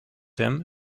him